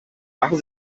machen